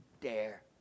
dare